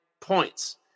points